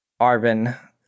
Arvin